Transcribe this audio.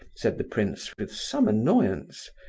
said the prince, with some annoyance.